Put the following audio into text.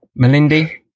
Melindy